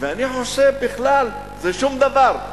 ואני חושב בכלל זה שום דבר.